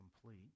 complete